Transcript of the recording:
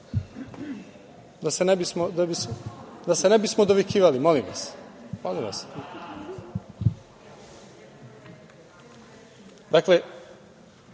da se ne bismo dovikivali, molim vas,